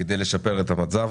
כדי לשפר את המצב.